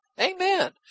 amen